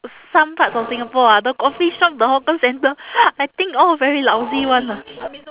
some parts of singapore ah the coffee shop the hawker center I think all very lousy [one] lah